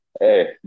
Hey